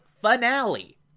finale